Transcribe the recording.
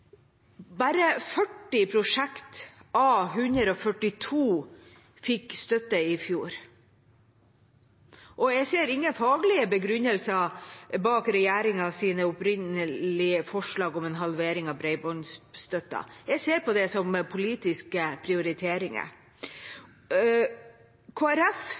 Bare 40 av 142 prosjekter fikk støtte i fjor. Jeg ser ingen faglige begrunnelser bak regjeringens opprinnelige forslag om en halvering av bredbåndsstøtten. Jeg ser på det som politiske prioriteringer.